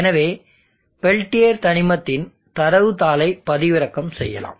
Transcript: எனவே பெல்டியர் தனிமத்தின் தரவு தாளை பதிவிறக்கம் செய்யலாம்